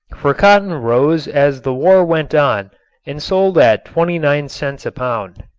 for cotton rose as the war went on and sold at twenty-nine cents a pound.